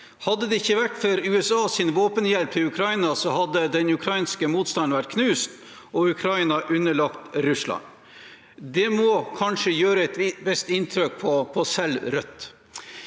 Hadde det ikke vært for USAs våpenhjelp til Ukraina, hadde den ukrainske motstanden vært knust og Ukraina underlagt Russland. Det må kanskje gjøre et visst inntrykk, selv på Rødt.